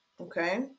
Okay